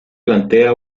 plantea